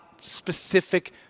specific